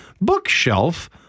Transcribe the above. bookshelf